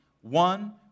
One